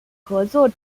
合作